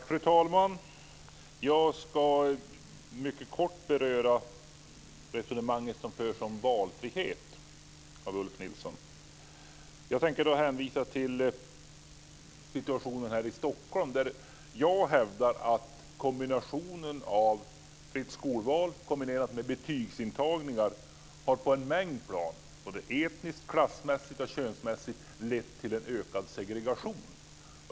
Fru talman! Jag ska mycket kort beröra Ulf Nilssons resonemang om valfrihet. Jag tänker hänvisa till situationen här i Stockholm, där jag hävdar att kombinationen av fritt skolval och betygsintagningar på en mängd plan - etniskt, klassmässigt och könsmässigt - lett till en ökad segregation.